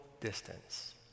distance